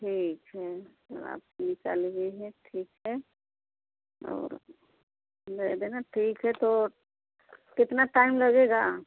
ठीक है तालाब की निकाली हुई हैं ठीक है और दे देना ठीक है तो कितना टाइम लगेगा